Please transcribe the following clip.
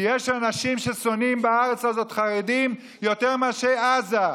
כי יש אנשים ששונאים בארץ הזאת חרדים יותר מאשר עזה,